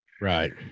Right